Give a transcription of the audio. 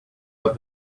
out